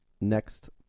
next